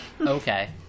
Okay